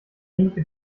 ähnliche